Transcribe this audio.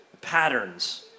patterns